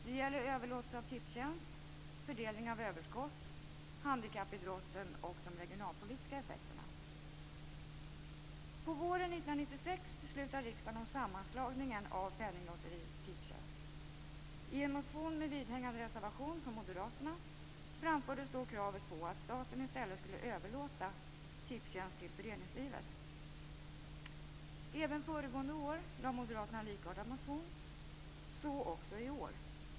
Det gäller överlåtelse av Våren 1996 beslutade riksdagen om sammanslagningen av Penninglotteriet och Tipstjänst. I en motion, med vidhängande reservation, från Moderaterna framfördes då kravet på att staten i stället skulle överlåta Tipstjänst till föreningslivet. Även föregående år väckte Moderaterna en likartad motion, så också i år.